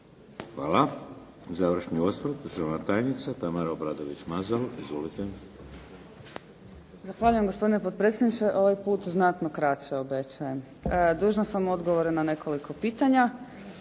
Hvala. Završni osvrt, državna tajnica Tamara Obradović Mazal. Izvolite. **Obradović Mazal, Tamara** Zahvaljujem gospodine potpredsjedniče. Ovaj puta znatno kraće obrazloženje. Dužna sam odgovore na nekoliko pitanja